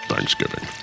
Thanksgiving